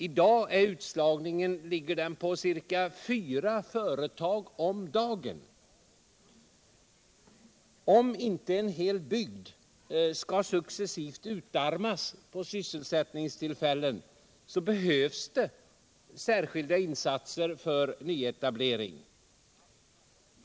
I dag uppgår utslagningen till ca fyra företag per dag. Om inte en hel bygd successivt skall utarmas när det gäller sysselsättningstillfällen behövs det särskilda nyetableringsinsatser.